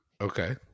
okay